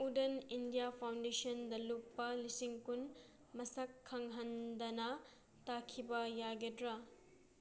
ꯎꯗꯟ India ꯐꯥꯎꯟꯗꯦꯁꯟꯗ ꯂꯨꯄꯥ ꯂꯤꯁꯤꯡ ꯀꯨꯟ ꯃꯁꯛ ꯈꯪꯍꯟꯗꯅ ꯊꯥꯈꯤꯕ ꯌꯥꯒꯗ꯭ꯔꯥ